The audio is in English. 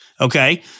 Okay